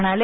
म्हणाले